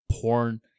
porn